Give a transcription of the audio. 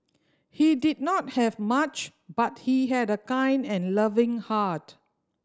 he did not have much but he had a kind and loving heart